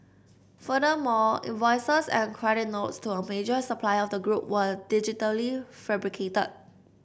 furthermore invoices and credit notes to a major supplier of the group were digitally fabricated